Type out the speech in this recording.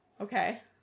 Okay